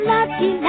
Lucky